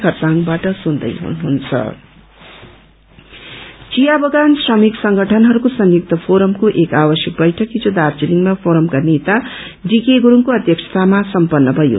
joint forum चिया बगान श्रमिक संगठनहरूको संयुक्त फोरमको एक आवश्यक बैठक हिज दार्जीलिङमा फोरमको नेता डीके गुरुङ्को अध्यक्षतामा सम्पत्र भयो